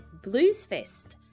Bluesfest